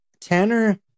Tanner